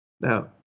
Now